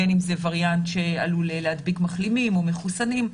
בין אם זה וריאנט שעלול להדביק מחלימים או מחוסנים,